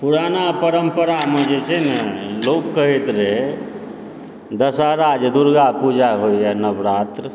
पुराना परम्परामे जे छै ने लोक कहैत रहैत दशहारा जे दुर्गापूजा होइए नवरात्र